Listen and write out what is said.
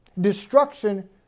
Destruction